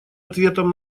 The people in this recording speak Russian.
ответом